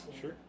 Sure